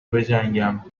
بجنگم